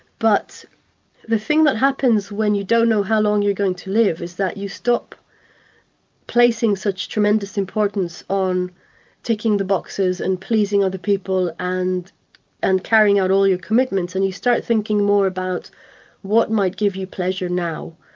but the thing that happens when you don't know how long you're going to live is that you stop placing such tremendous importance on ticking the boxes and pleasing other people and and carrying out all your commitments and you start thinking more about what might give you pleasure now.